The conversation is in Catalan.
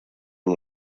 amb